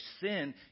sin